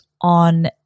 on